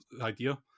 idea